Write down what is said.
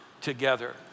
together